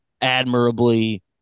admirably